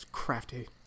crafty